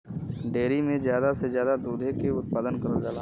dairy में जादा से जादा दुधे के उत्पादन करल जाला